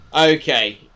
Okay